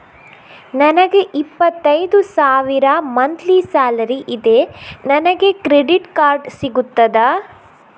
ನನಗೆ ಇಪ್ಪತ್ತೈದು ಸಾವಿರ ಮಂತ್ಲಿ ಸಾಲರಿ ಇದೆ, ನನಗೆ ಕ್ರೆಡಿಟ್ ಕಾರ್ಡ್ ಸಿಗುತ್ತದಾ?